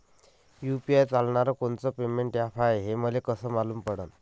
UPI चालणारं कोनचं payment app हाय, हे मले कस मालूम पडन?